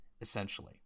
essentially